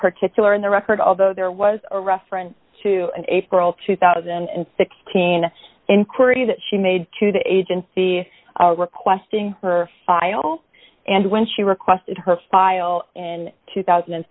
particular in the record although there was a reference to an april two thousand and sixteen inquiry that she made to the agency are requesting her file and when she requested her file in two thousand and